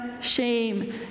shame